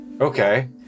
okay